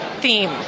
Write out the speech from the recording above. theme